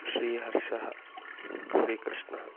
श्रीहर्षः श्रीकृष्णः